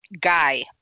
guy